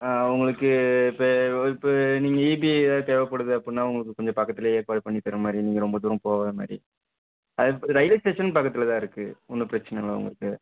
ஆ உங்களுக்கு இப்போ இப்போ நீங்கள் இபிஐ எதாவது தேவைப்படுது அப்புடினா உங்களுக்கு கொஞ்சம் பக்கத்துலையே ஏற்பாடு பண்ணித்தர மாதிரி நீங்கள் ரொம்ப தூரம் போகாத மாதிரி அது ரயில்வே ஸ்டேஷன் பக்கத்தில் தான் இருக்கு ஒன்றும் பிரச்சனை இல்லை உங்களுக்கு